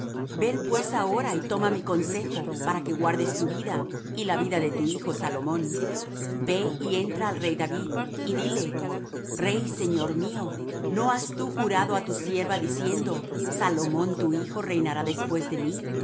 ven pues ahora y toma mi consejo para que guardes tu vida y la vida de tu hijo salomón ve y entra al rey david y dile rey señor mío no has tú jurado á tu sierva diciendo salomón tu hijo reinará después de mí